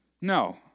No